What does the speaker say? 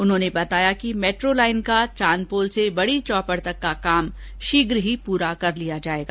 उन्होंने बताया कि मेट्रो लाईन का चांदपोल से बड़ी चौपड़ तक का काम शीघ्र ही पूरा कर लिया जाएगा